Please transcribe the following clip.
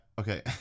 okay